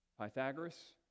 Pythagoras